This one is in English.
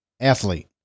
athlete